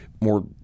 more